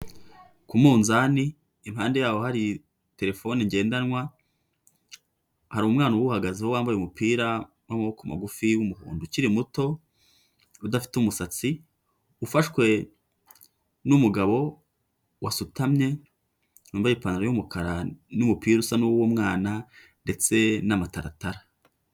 Ku munzani impande yaho hari terefone ngendanwa, hari umwana uhagazeho wambaye umupira w'amaboko magufi y'umuhondo ukiri muto udafite umusatsi ufashwe n'umugabo wasutamye wambaye ipantaro y'umukara n'umupira usa n'uwumwana ndetse n'amataratara.